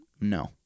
No